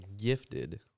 gifted